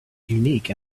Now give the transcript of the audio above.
unique